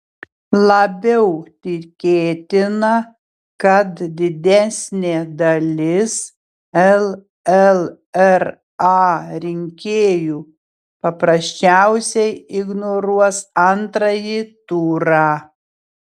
labiau tikėtina kad didesnė dalis llra rinkėjų paprasčiausiai ignoruos antrąjį turą